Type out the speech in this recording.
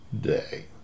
day